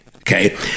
Okay